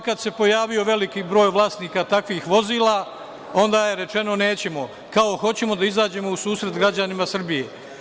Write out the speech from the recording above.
Kada se pojavio veliki broj vlasnika takvih vozila, onda je rečeno da neće, kao hoćemo da izađemo u susret građanima Srbije.